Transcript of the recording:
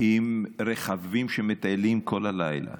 עם רכבים שמטיילים כל הלילה.